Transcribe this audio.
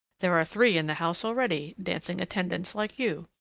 there are three in the house already, dancing attendance like you.